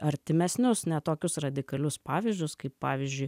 artimesnius ne tokius radikalius pavyzdžius kaip pavyzdžiui